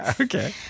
Okay